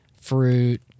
fruit